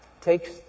takes